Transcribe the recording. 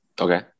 okay